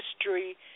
history